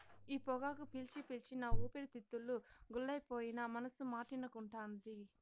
ఈ పొగాకు పీల్చి పీల్చి నా ఊపిరితిత్తులు గుల్లైపోయినా మనసు మాటినకుంటాంది